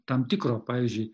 tam tikro pavyzdžiui